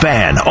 Fan